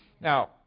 Now